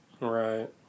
Right